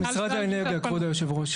זה משרד האנרגיה, כבוד היו"ר.